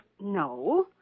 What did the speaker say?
no